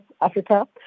Africa